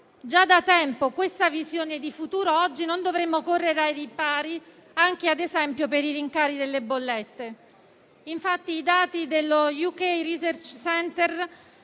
già da tempo questa visione di futuro, oggi non dovremmo correre ai ripari anche, ad esempio, per i rincari delle bollette. Infatti i dati dello UK Research Center